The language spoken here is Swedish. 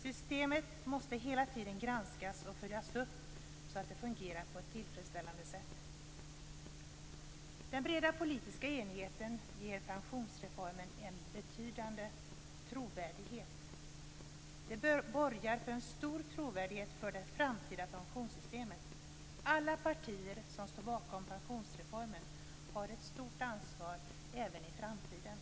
Systemet måste hela tiden granskas och följas upp så att det fungerar på ett tillfredsställande sätt. Den breda politiska enigheten ger pensionsreformen en betydande trovärdighet. Det borgar för en stor trovärdighet för det framtida pensionssystemet. Alla partier som står bakom pensionsreformen har ett stort ansvar även i framtiden.